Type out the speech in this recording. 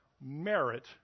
merit